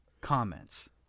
comments